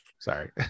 Sorry